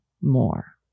more